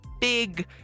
big